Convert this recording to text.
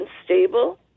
unstable